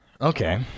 Okay